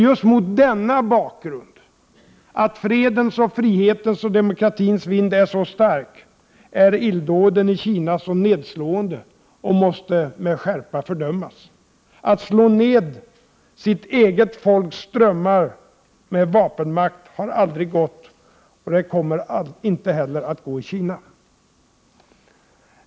Just mot denna bakgrund, att fredens, frihetens och demokratins vind är så stark, är illdåden i Kina så nedslående och måste med skärpa fördömas. Att slå ned sitt eget folks drömmar med vapenmakt har aldrig gått, och det kommer inte heller att gå i Kina.